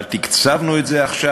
אבל תקצבנו את זה עכשיו,